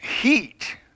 heat